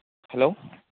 hello